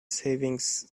savings